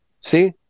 see